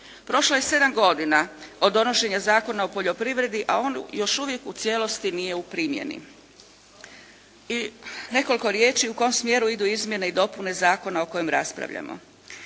Prošlo je 7 godina od donošenja Zakona o poljoprivredi, a on još uvijek u cijelosti nije u primjeni. I nekoliko riječi u kom smjeru idu Izmjene i dopune zakona o kojem raspravljamo.